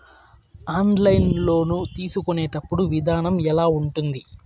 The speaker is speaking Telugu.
ఆన్లైన్ లోను తీసుకునేటప్పుడు విధానం ఎలా ఉంటుంది